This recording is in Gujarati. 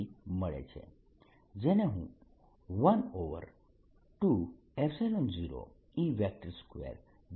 dS02E2dV02E2dV અને તેથી મને ઉર્જા અથવા થયેલ કાર્યને 02E2dV મળે છે જેને હું dVતરીકે લખી શકું છું